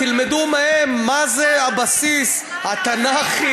תלמדו מהם מה זה הבסיס התנ"כי.